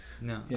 no